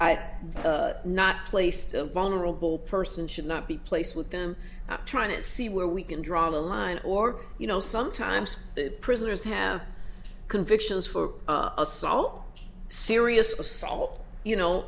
i'd not placed a vulnerable person should not be placed with them trying to see where we can draw the line or you know sometimes prisoners have convictions for assault serious assault you know